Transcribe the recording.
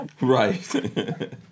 right